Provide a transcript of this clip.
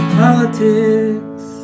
politics